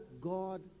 God